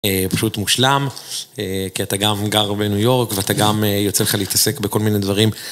פשוט מושלם, כי אתה גם גר בניו יורק ואתה גם יוצא לך להתעסק בכל מיני דברים.